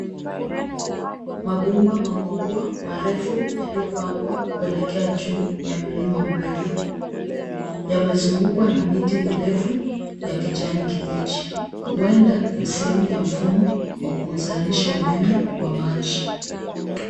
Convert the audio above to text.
Mabomba makubwa marefu yaliyopangwa kuelekea juu ya mlima mrefu. Yamezungukwa na miti mirefu ya kijani kibichi. Huenda ni sehemu ya mfumo wa kuzalisha umeme wa maji.